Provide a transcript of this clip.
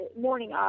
morning